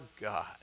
God